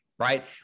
Right